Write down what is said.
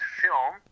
film